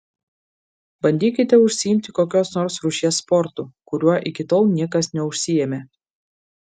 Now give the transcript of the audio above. bandykite užsiimti kokios nors rūšies sportu kuriuo iki tol niekas neužsiėmė